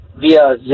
via